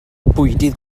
bwydydd